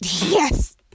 Yes